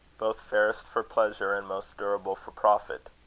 both fairest for pleasure, and most durable for profit.